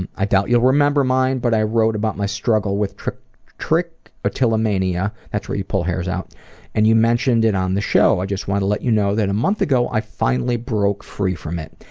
and i doubt you'll remember mine, but i wrote about my struggle with trichotillomania that's where you pull hairs out and you mentioned it on the show. i just wanted to let you know that a month ago i finally broke free from it.